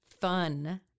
fun